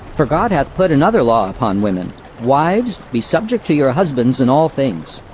for god hath put another law upon women wives, be subject to your husbands in all things.